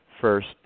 first